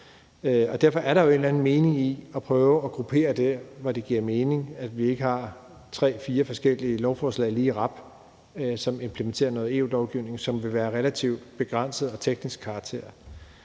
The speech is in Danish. en eller anden mening i at prøve at gruppere det, hvor det giver mening, og i, at vi ikke har tre-fire forskellige lovforslag lige i rap, som implementerer noget EU-lovgivning, som vil være af relativt begrænset og teknisk karakter.